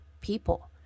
people